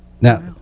Now